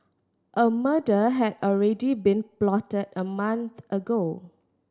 a murder had already been plotted a month ago